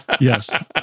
yes